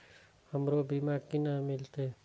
हमरो बीमा केना मिलते?